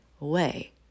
away